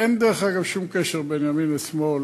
דרך אגב, אין שום קשר לימין ושמאל,